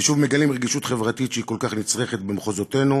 ששוב מגלים רגישות חברתית שהיא כל כך נצרכת במחוזותינו,